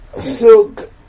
silk